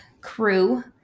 crew